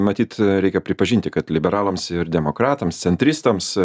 matyt reikia pripažinti kad liberalams ir demokratams centristams